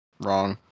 Wrong